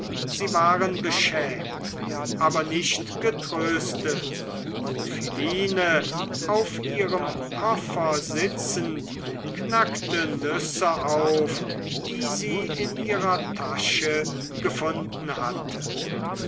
sie waren beschämt aber nicht getröstet und philine auf ihrem koffer sitzend knackte nüsse auf die sie in ihrer tasche gefunden hatte